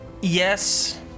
Yes